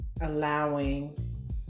allowing